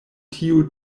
tiu